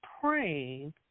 praying